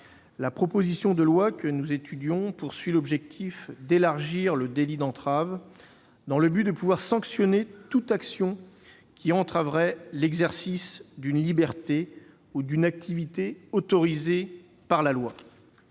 La proposition de loi que nous examinons prévoit d'étendre le délit d'entrave, afin de pouvoir sanctionner toute action qui empêcherait l'exercice d'une liberté ou d'une activité autorisée par la loi.